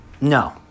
No